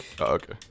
Okay